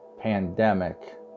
pandemic